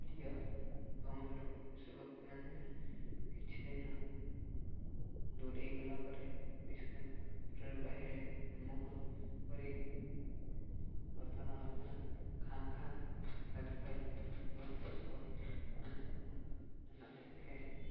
ପ୍ରିୟ ଏବଂ ଲୋକ ଲୋକମାନେ ପଶୁପକ୍ଷୀମାନେ କିଛି ଦିନ ଦୂରେଇଗଲା ପରେ କିଛି ଦିନ ଦୂରରେ ରହିଲେ ଆମକୁ ଭାରି ଅଲଣା ଅଲଣା ଖାଁ ଖାଁ ଲାଗିଥାଏ ଏବଂ ପଶୁପକ୍ଷୀମାନଙ୍କୁ ନଦେଖିଲେ